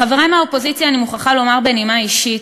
לחברי מהאופוזיציה אני מוכרחה לומר בנימה אישית,